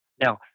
Now